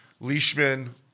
Leishman